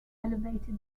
elevated